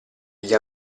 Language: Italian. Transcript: gli